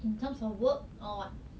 in terms of work or what